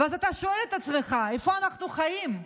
ואז אתה שואל את עצמך: איפה אנחנו חיים?